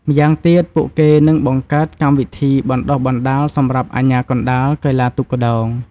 ម៉្យាងទៀតពួកគេនឹងបង្កើតកម្មវិធីបណ្ដុះបណ្ដាលសម្រាប់អាជ្ញាកណ្ដាលកីឡាទូកក្ដោង។